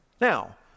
Now